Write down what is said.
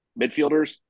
midfielders